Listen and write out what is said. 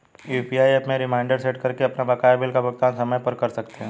UPI app में reminder set करके आप बकाया बिल का भुगतान समय पर कर सकते हैं